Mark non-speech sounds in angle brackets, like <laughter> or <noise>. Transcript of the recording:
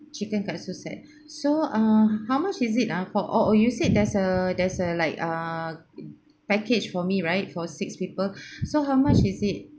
chicken katsu set so uh how much is it ah for oh oh you said there's a there's a like ah package for me right for six people <breath> so how much is it